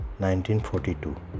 1942